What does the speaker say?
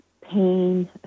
pain